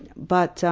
but